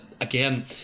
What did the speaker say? Again